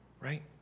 right